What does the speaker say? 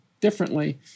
differently